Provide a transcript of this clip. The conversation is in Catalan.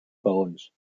peons